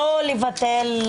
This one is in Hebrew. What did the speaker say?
לא לבטל,